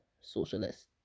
socialist